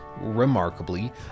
remarkably